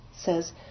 says